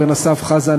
אורן אסף חזן,